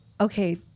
okay